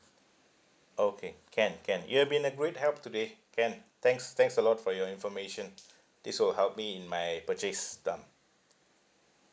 okay can can you have been a great help today can thanks thanks a lot for your information this will help me in my purchase done